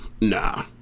Nah